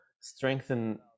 strengthen